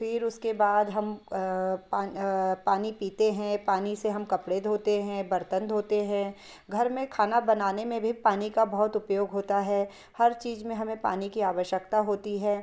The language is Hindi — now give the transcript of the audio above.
फिर उसके बाद हम पान पानी पीते हैं पानी से हम कपड़े धोते हैं बर्तन धोते हैं घर में खाना बनाने में भी पानी का बहुत उपयोग होता है हर चीज़ में हमें पानी की आवश्यकता होती है